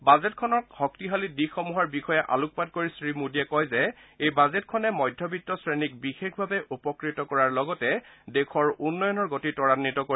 বাজেটখনৰ শক্তিশালী দিশসমূহৰ বিষয়ে আলোকপাত কৰি শ্ৰীমোদীয়ে কয় যে এই বাজেটখনে মধ্য বিত্ত শ্ৰেণীক বিশেষভাৱে উপকৃত কৰাৰ লগতে দেশৰ উন্নয়ণৰ গতি ত্বৰান্নিত কৰিব